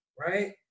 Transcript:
Right